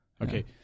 Okay